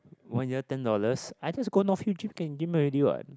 one year ten dollars I just go North Hill gym can already what